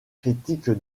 critique